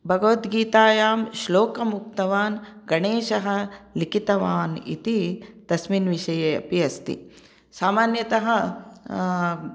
भगवद्गीतायां श्लोकम् उक्तवान् गणेशः लिखितवान् इति तस्मिन् विषये अपि अस्ति सामान्यतः